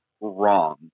wrong